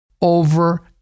over